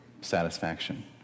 satisfaction